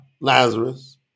Lazarus